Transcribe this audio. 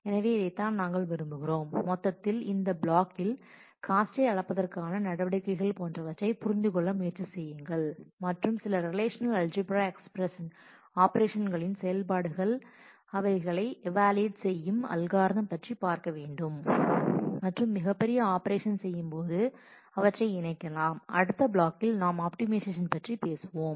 எனவே இதைத்தான் நாங்கள் விரும்புகிறோம் மொத்தத்தில் இந்த பிளாக்கில் காஸ்ட்டை அளப்பதற்கான நடவடிக்கைக ள்போன்றவற்றை புரிந்து கொள்ள முயற்சி செய்யுங்கள் மற்றும் சில ரிலேஷநல் அல்ஜிபிரா ஆபரேஷன்களின் செயல்பாடுகள் அவைகளை ஈவாலுவேட் செய்யும் அல்காரிதம் பற்றி பார்க்க வேண்டும் மற்றும் மிகப்பெரிய ஆபரேஷன் செய்யும் போது அவற்றை இணைக்கலாம் அடுத்த பிளாக்கில் நாம் அப்டிமைசேஷன் பற்றி பேசுவோம்